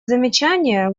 замечания